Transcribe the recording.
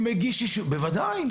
בוודאי.